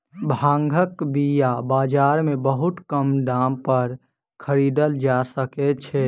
भांगक बीया बाजार में बहुत कम दाम पर खरीदल जा सकै छै